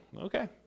Okay